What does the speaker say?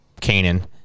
Canaan